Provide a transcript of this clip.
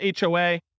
HOA